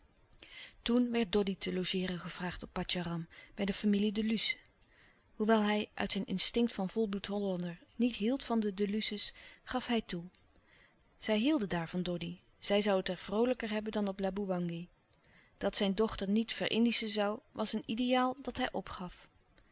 toen werd doddy te logeeren gevraagd op patjaram bij de familie de luce hoewel hij uit zijn instinct van volbloed hollander niet hield van de de luce's gaf hij toe ze hielden daar van doddy zij zoû het er vroolijker hebben dan op laboewangi dat zijn dochter niet ver indischen zoû was een ideaal dat hij opgaf